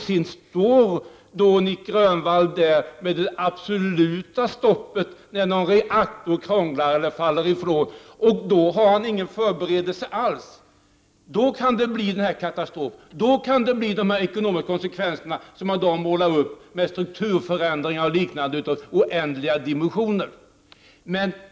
Sedan står han där med det absoluta stoppet när någon reaktor krånglar eller faller bort. Det kan innebära en katastrof och får de ekonomiska konsekvenser som målats upp i form av strukturförändringar och liknande av oändliga dimensio ner.